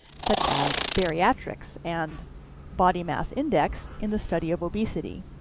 such as bariatrics and body mass index in the study of obesity.